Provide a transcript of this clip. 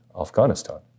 Afghanistan